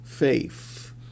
faith